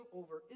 over